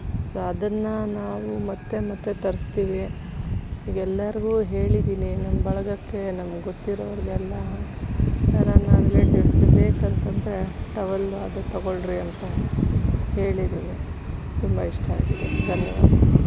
so ಅದನ್ನು ನಾವು ಮತ್ತೆ ಮತ್ತೆ ತರಿಸ್ತೀವಿ ಈಗ ಎಲ್ಲರಿಗೂ ಹೇಳಿದ್ದೀನಿ ನನ್ನ ಬಳಗಕ್ಕೆ ನಮಗೆ ಗೊತ್ತಿರೋರಿಗೆಲ್ಲ ನನ್ನ ರಿಲೇಟಿವ್ಸ್ಗೆ ಬೇಕಂತಂದರೆ ಟವೆಲ್ ಅದೇ ತಗೋಳ್ರಿ ಅಂತ ಹೇಳಿದ್ದೀನಿ ತುಂಬ ಇಷ್ಟಾಗಿದೆ ಧನ್ಯವಾದ